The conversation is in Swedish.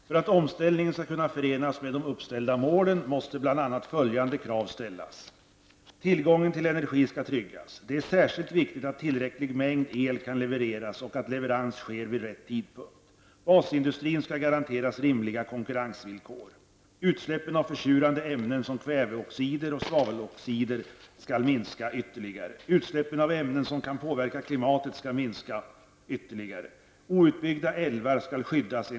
För att omställningen skall kunna förenas med de uppställda målen, måste bl.a. följande krav ställas: -- Tillgången till energi skall tryggas. Det är särskilt viktigt att tillräcklig mängd el kan levereras och att leverans sker vid rätt tidpunkt. -- Basindustrin skall garanteras rimliga konkurrensvillkor. -- Utsläppen av försurande ämnen som kväveoxider och svaveloxider skall minska ytterligare. -- Utsläppen av ämnen som kan påverka klimatet skall minska ytterligare.